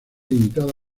limitada